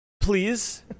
please